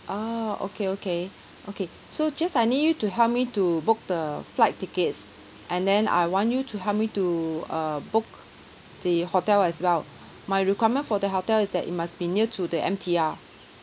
ah okay okay okay so jess I need you to help me to book the flight tickets and then I want you to help me to uh book the hotel as well my requirement for the hotel is that it must be near to the M_T_R